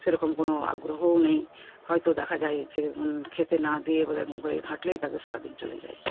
সেরকম কোনো আগ্রহও নেই হয়তো দেখা যায় যে খেতে না দিয়ে বোধহয় মোবাইল ঘাঁটলেই তাদের সারাদিন চলে যায়